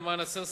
למען הסר ספק,